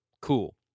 cool